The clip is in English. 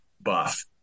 buff